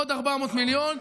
עוד 400 מיליון,